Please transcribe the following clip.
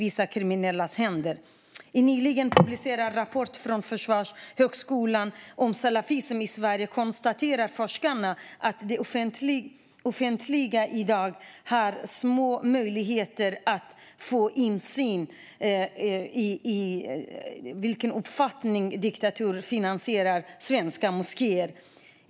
I en nyligen publicerad rapport från Försvarshögskolan om salafism i Sverige konstaterar forskarna att det offentliga i dag har små möjligheter att få insyn i omfattningen av diktaturers finansiering av svenska moskéer.